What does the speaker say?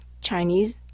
Chinese